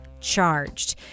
charged